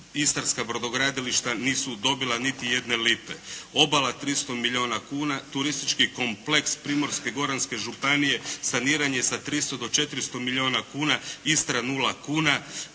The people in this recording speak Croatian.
istarska brodogradilišta nisu dobila niti jedne lipe. Obala 300 milijuna kuna, turistički kompleks Primorko-goranske županije saniranje sa 300 do 400 milijuna kuna, Istra 0 kuna,